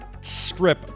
strip